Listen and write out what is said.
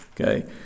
okay